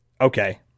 Okay